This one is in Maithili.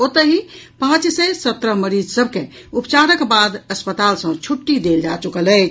ओतहि पांच सय सत्रह मरीज सभ के उपचारक बाद अस्पताल सॅ छुट्टी देल जा चुकल अछि